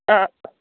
ஆ